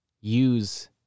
use